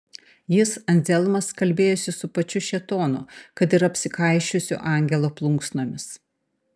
jis anzelmas kalbėjosi su pačiu šėtonu kad ir apsikaišiusiu angelo plunksnomis